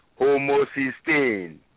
homocysteine